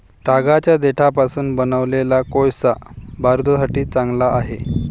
तागाच्या देठापासून बनवलेला कोळसा बारूदासाठी चांगला आहे